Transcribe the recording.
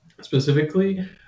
specifically